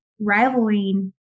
rivaling